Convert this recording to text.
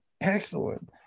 Excellent